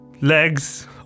legs